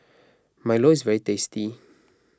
Milo is very tasty